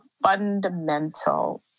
fundamental